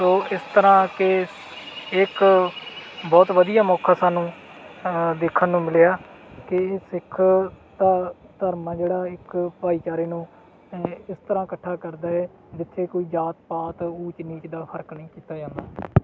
ਸੋ ਇਸ ਤਰ੍ਹਾਂ ਕਿ ਇੱਕ ਬਹੁਤ ਵਧੀਆ ਮੌਕਾ ਸਾਨੂੰ ਦੇਖਣ ਨੂੰ ਮਿਲਿਆ ਕਿ ਸਿੱਖ ਧ ਧਰਮ ਆ ਜਿਹੜਾ ਇੱਕ ਭਾਈਚਾਰੇ ਨੂੰ ਅ ਇਸ ਤਰ੍ਹਾਂ ਇਕੱਠਾ ਕਰਦਾ ਹੈ ਜਿੱਥੇ ਕੋਈ ਜਾਤ ਪਾਤ ਊਚ ਨੀਚ ਦਾ ਫ਼ਰਕ ਨਹੀਂ ਕੀਤਾ ਜਾਂਦਾ